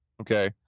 okay